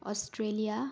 Australia